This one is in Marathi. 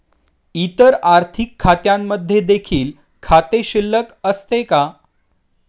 इतर आर्थिक खात्यांमध्ये देखील खाते शिल्लक असते का?